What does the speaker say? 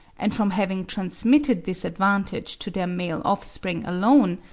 and from having transmitted this advantage to their male offspring alone,